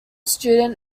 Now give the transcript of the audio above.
student